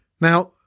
Now